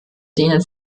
denen